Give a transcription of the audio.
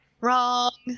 Wrong